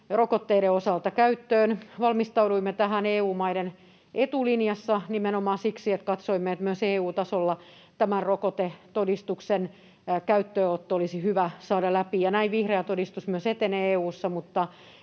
rokotteiden osalta. Valmistauduimme tähän EU-maiden etulinjassa nimenomaan siksi, että katsoimme, että myös EU-tasolla tämä rokotetodistuksen käyttöönotto olisi hyvä saada läpi, ja näin vihreä todistus myös etenee EU:ssa,